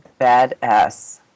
badass